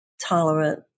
tolerant